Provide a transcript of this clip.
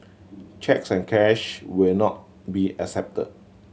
cheques and cash will not be accepted